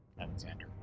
Alexander